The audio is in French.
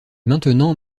maintenant